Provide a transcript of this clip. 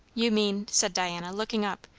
you mean said diana, looking up,